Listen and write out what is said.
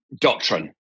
doctrine